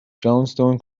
johnston